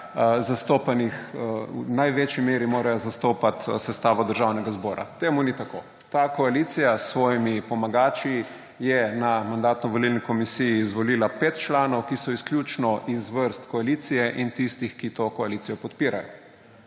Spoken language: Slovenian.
v največji meri zastopati sestavo Državnega zbora. Temu ni tako. Ta koalicija s svojimi pomagači je na Mandatno-volilni komisiji izvolila 5 članov, ki so izključno iz vrst koalicije in tistih, ki to koalicijo podpirajo.